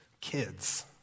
Kids